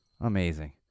Amazing